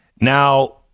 Now